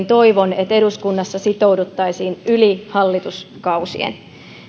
toivon että niihin eduskunnassa sitouduttaisiin yli hallituskausien